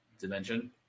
dimension